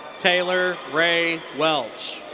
taylor ray welch.